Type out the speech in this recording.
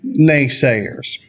naysayers